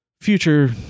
future